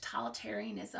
totalitarianism